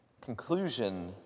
conclusion